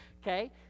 Okay